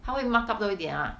他会 mark up 多一点 lah